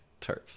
terps